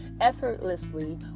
effortlessly